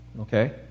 Okay